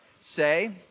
Say